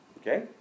Okay